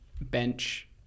bench